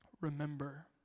Remember